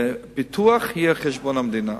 הפיתוח יהיה על חשבון המדינה.